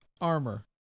armor